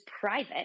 private